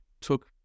took